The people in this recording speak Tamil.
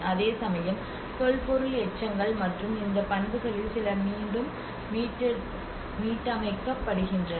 அதேசமயம் தொல்பொருள் எச்சங்கள் மற்றும் இந்த பண்புகளில் சில மீண்டும் மீட்டமைக்கப்படுகின்றன